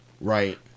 Right